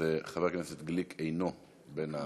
אז חבר הכנסת גליק אינו בין המציעים.